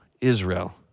Israel